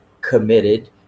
committed